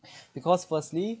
because firstly